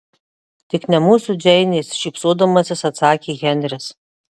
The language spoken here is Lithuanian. tik ne mūsų džeinės šypsodamasis atsakė henris